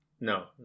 No